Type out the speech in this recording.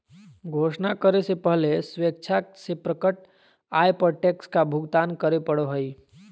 घोषणा करे से पहले स्वेच्छा से प्रकट आय पर टैक्स का भुगतान करे पड़ो हइ